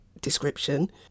description